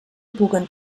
puguen